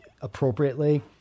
appropriately